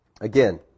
Again